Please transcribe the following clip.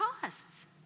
costs